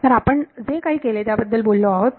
तर आपण जे काही केले त्याबद्दल बोललो आहोत